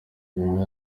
wenger